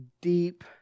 deep